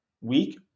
week